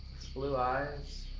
blue eyes.